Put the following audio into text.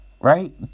right